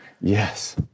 Yes